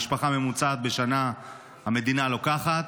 המדינה לוקחת